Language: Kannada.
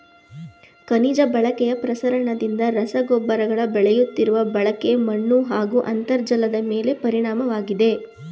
ಖನಿಜ ಬಳಕೆಯ ಪ್ರಸರಣದಿಂದ ರಸಗೊಬ್ಬರಗಳ ಬೆಳೆಯುತ್ತಿರುವ ಬಳಕೆ ಮಣ್ಣುಹಾಗೂ ಅಂತರ್ಜಲದಮೇಲೆ ಪರಿಣಾಮವಾಗಿದೆ